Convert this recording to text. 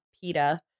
PETA